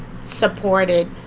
supported